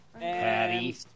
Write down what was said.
Patty